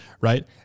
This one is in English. Right